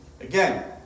Again